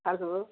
hello